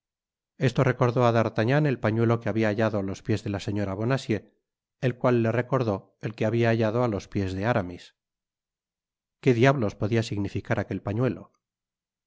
esto recordó á d'artagnan el pañuelo que habia hallado á los pies de la señora bonacieux el cual le recordó el que habia hallado á los piés de aramis qué diablos podia significar aquel pañuelo